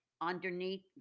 underneath